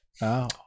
Wow